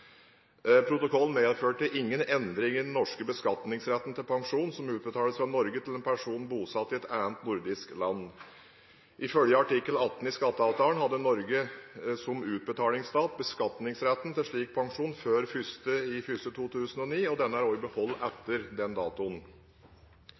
Protokollen medførte ingen endringer i den norske beskatningsretten til pensjon som utbetales fra Norge til en person bosatt i et annet nordisk land. Ifølge artikkel 18 i skatteavtalen hadde Norge som utbetalingsstat beskatningsretten til slik pensjon før 1. januar 2009, og den er